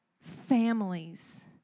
families